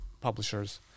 publishers